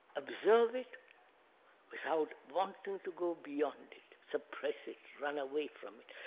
observe it without wanting to go beyond it, suppress it, run away from it,